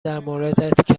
درموردت